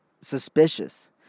suspicious